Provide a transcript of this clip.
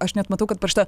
aš net matau kad parašyta